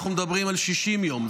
אנחנו מדברים על 60 יום.